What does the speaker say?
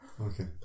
Okay